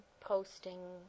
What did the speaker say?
posting